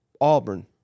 Auburn